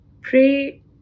pray